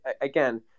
again